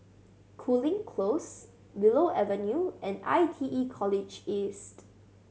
Cooling Close Willow Avenue and I T E College East